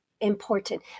important